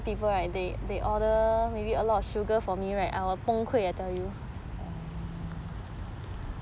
orh